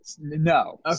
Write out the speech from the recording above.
no